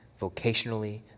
vocationally